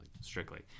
strictly